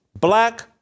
black